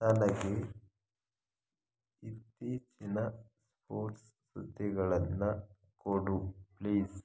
ನನಗೆ ಇತ್ತೀಚಿನ ಸ್ಪೋರ್ಟ್ಸ್ ಸುದ್ದಿಗಳನ್ನು ಕೊಡು ಪ್ಲೀಸ್